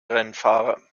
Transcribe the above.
rennfahrer